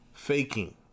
Faking